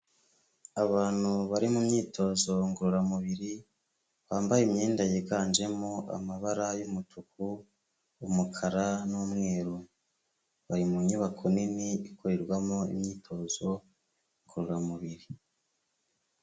Abantu bari mu myitozo ngororamubiri bambaye imyenda yiganjemo amabara y'umutuku, umukara n'umweru, bari mu nyubako nini ikorerwamo imyitozo ngororamubiri.